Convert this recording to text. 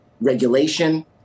regulation